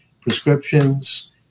prescriptions